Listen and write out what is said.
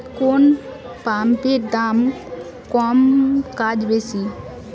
কোন পাম্পের দাম কম কাজ বেশি?